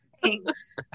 Thanks